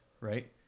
right